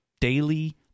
daily